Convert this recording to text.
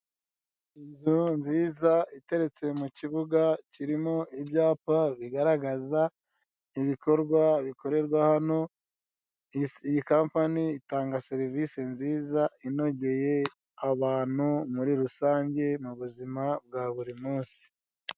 Inzu nziza iteretse mu kibuga kirimo ibyapa bigaragaza ibikorwa bikorerwa hano, iyi kampani itanga serivise nziza inogeye abantu mu buzima bwa burimunsi.